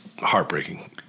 heartbreaking